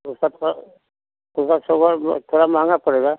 वह सबका उसका थोड़ा भैया थोड़ा महँगा पड़ेगा